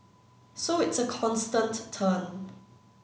so it's a constant turn